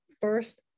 first